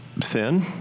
thin